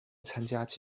参加